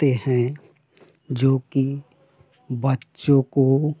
ते हैं जो कि बच्चों को